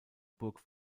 burg